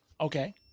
Okay